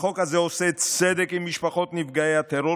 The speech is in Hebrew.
החוק הזה עושה צדק עם משפחות נפגעי הטרור